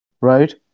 right